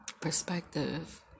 Perspective